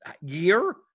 year